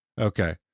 okay